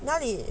哪里